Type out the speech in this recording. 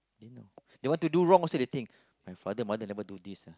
they know they want to do wrong also they think my father mother never do this ah